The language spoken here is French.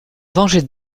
venger